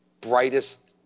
brightest